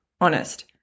honest